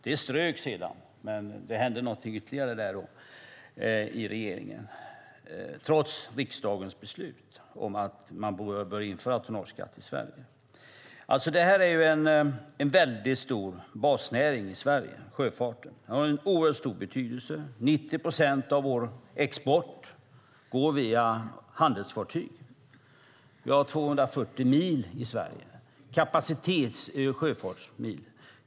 Det ströks sedan, och det hände någonting ytterligare i regeringen, trots riksdagens beslut om att en tonnageskatt bör införas i Sverige. Sjöfarten är en mycket stor basnäring i Sverige som har en oerhört stor betydelse. 90 procent av vår export går via handelsfartyg. I Sverige har vi 240 sjöfartsmil.